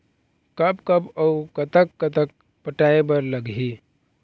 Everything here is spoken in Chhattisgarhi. कब कब अऊ कतक कतक पटाए बर लगही